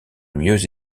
mieux